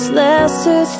lesser